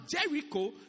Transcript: Jericho